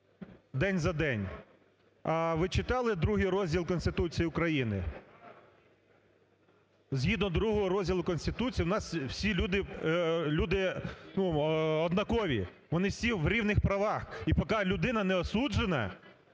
день за день. А ви читали ІІ розділ Конституції України? Згідно ІІ розділу Конституції, у нас всі люди однакові, вони всі в рівних правах і поки людина не осуджена,